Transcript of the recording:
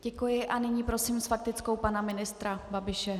Děkuji a nyní prosím s faktickou pana ministra Babiše.